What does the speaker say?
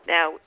Now